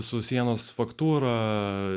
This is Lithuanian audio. su sienos faktūrą